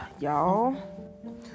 y'all